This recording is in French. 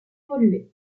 évolué